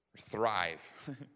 thrive